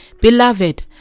beloved